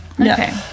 Okay